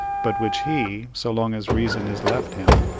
but which he, so long as reason is left him,